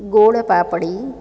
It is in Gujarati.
ગોળ પાપડી